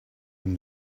him